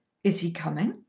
is he coming?